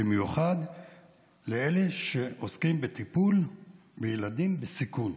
במיוחד לאלה שעוסקים בטיפול בילדים בסיכון,